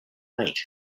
night